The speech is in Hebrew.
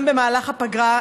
גם במהלך הפגרה,